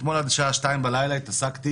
אתמול עד שעה 2:00 לפנות בוקר התעסקתי